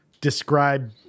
describe